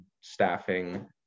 staffing